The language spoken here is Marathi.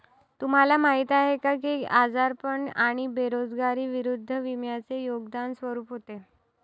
तुम्हाला माहीत आहे का की आजारपण आणि बेरोजगारी विरुद्ध विम्याचे योगदान स्वरूप होते?